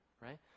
right